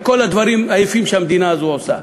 עם כל הדברים היפים שהמדינה הזאת עושה,